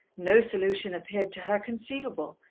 no solution appeared to her conceivable,